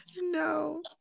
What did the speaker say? No